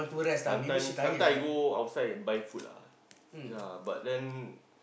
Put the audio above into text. sometime sometime I go outside buy food lah ya but then